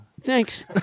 Thanks